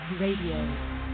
Radio